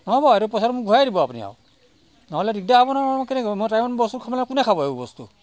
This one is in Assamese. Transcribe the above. নহ'ব এইটো পইচাটো মোক ঘূৰাই দিব আপুনি আৰু নহ'লে দিকদাৰ হ'ব নহয় মোৰ মই কেনেকৈ মই টাইমত বস্তু খাবলৈ মই কোনে খাব এইবোৰ বস্তু